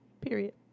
Period